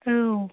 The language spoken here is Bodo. औ